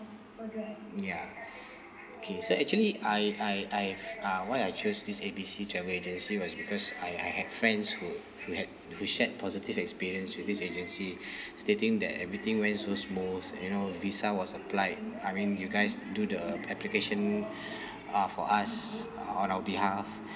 ya okay so actually I I I uh why I chose this A B C travel agency was because I I have friends who who had who shared positive experience with this agency stating that everything went so smooth you know visa was applied I mean you guys do the application uh for us uh on our behalf